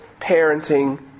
parenting